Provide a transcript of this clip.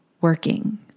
working